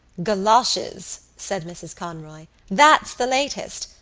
goloshes! said mrs. conroy. that's the latest.